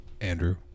Andrew